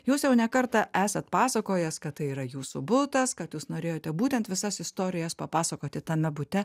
jūs jau ne kartą esat pasakojęs kad tai yra jūsų butas kad jūs norėjote būtent visas istorijas papasakoti tame bute